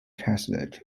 catholic